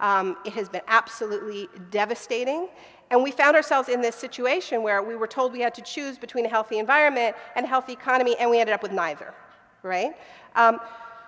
sands has been absolutely devastating and we found ourselves in this situation where we were told we had to choose between a healthy environment and healthy economy and we ended up with neither gray